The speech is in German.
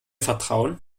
vertrauen